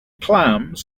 clams